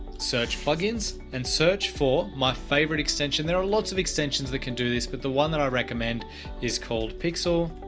search plugins and search for my favorite extension. there are lots of extensions that can do this. but the one that i recommend is called pixel.